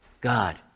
God